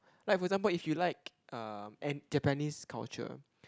like for example if you like uh an Japanese culture